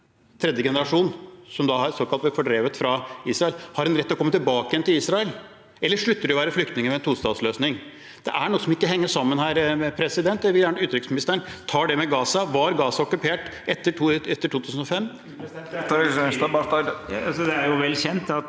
tredje generasjon, som da er såkalt fordrevet fra Israel, har en rett til å komme tilbake til Israel, eller slutter de å være flyktninger ved en tostatsløsning? Det er noe som ikke henger sammen her. Jeg vil gjerne at utenriksministeren tar det med Gaza – var Gaza okkupert etter 2005? Utenriksminister